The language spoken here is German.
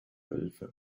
wölfe